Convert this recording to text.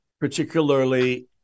particularly